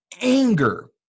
anger